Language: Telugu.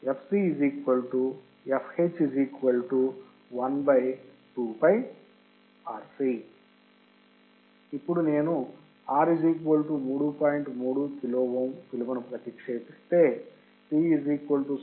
3 కిలో ఓం విలువను ప్రతిక్షేపిస్తే C 0